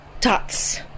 Tots